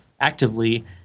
actively